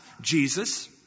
Jesus